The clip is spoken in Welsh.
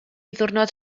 ddiwrnod